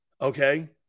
okay